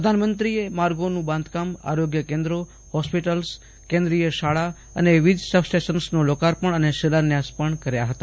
પ્રધાનમંત્રીએ માર્ગોનું બાંધકામ આરોગ્ય કેન્દ્રો હોસ્પિટલો કેન્દ્રીય શાળા અને વિજ સબસ્ટેશનનું લોકાર્પણ અને શિલાન્યાસ પણ કર્યા હતા